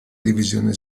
divisione